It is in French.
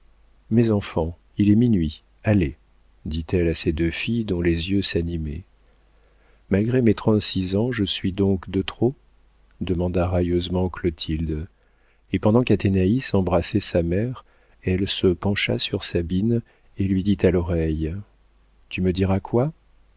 mes enfants il est minuit allez dit-elle à ses deux filles dont les yeux s'animaient malgré mes trente-six ans je suis donc de trop demanda railleusement clotilde et pendant qu'athénaïs embrassait sa mère elle se pencha sur sabine et lui dit à l'oreille tu me diras quoi